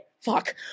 Fuck